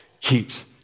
keeps